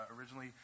originally